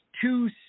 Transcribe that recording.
two